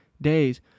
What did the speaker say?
days